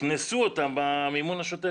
יקנסו אותם במימון השוטף.